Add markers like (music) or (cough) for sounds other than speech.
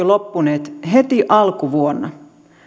(unintelligible) loppuneet jo heti alkuvuonna